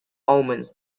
omens